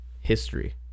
History